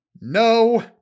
No